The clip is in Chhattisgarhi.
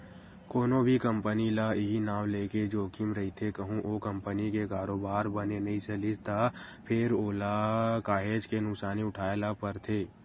कोनो भी कंपनी ल इहीं नांव लेके जोखिम रहिथे कहूँ ओ कंपनी के कारोबार बने नइ चलिस त फेर ओला काहेच के नुकसानी उठाय ल परथे